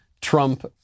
Trump